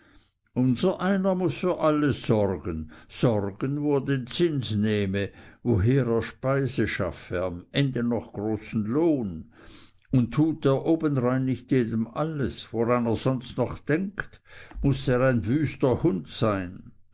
unsereiner muß für alles sorgen sorgen wo er den zins nehme woher er speise schaffe am ende noch großen lohn und tut er obendrein nicht jedem alles woran er sonst noch denkt muß er ein wüster hund sein